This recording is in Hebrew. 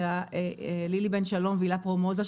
אלא לילי בן שלום והילה פרומוזה,